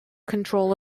control